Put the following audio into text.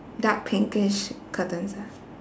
dark pinkish curtains ah